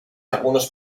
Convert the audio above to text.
algunos